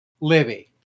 Libby